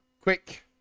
quick